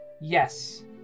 Yes